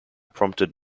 prompted